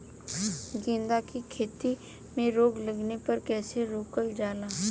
गेंदा की खेती में रोग लगने पर कैसे रोकल जाला?